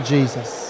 Jesus